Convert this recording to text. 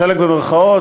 חלק במירכאות,